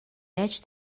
яаж